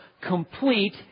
complete